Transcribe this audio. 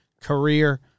career